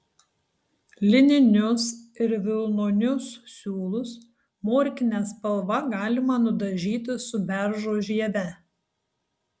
lininius ir vilnonius siūlus morkine spalva galima nudažyti su beržo žieve